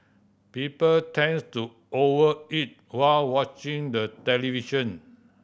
people tend to over eat while watching the television